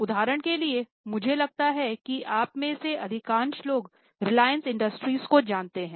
उदाहरण के लिए मुझे लगता है कि आप में से अधिकांश लोग रिलायंस इंडस्ट्रीज़ को जानते हैं